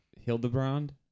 Hildebrand